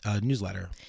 newsletter